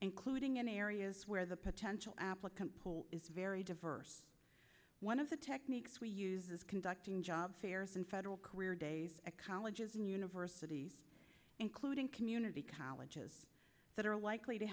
including in areas where the potential applicant pool is very diverse one of the techniques we use is conducting job fairs and federal career days at colleges and universities including community colleges that are likely to